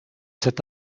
cet